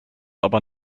aber